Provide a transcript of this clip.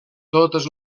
totes